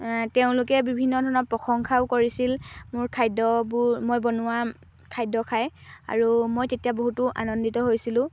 তেওঁলোকে বিভিন্ন ধৰণৰ প্ৰশংসাও কৰিছিল মোৰ খাদ্যবোৰ মই বনোৱা খাদ্য খাই আৰু মই তেতিয়া বহুতো আনন্দিত হৈছিলোঁ